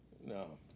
No